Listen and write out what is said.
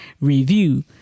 review